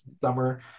summer